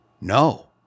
no